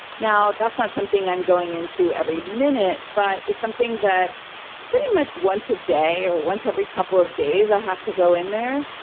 now, that's not something i'm going into every minute but it's something that pretty much once a day or once every couple of days, i have to go in there.